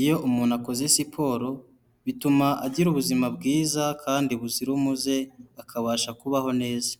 Iyo umuntu akoze siporo bituma agira ubuzima bwiza kandi buzira umuze akabasha kubaho neza.